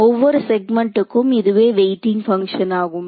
ஒவ்வொரு செக்மெண்ட்க்கும் இதுவே வெயிட்டிங் பங்க்ஷன் ஆகும்